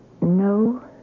no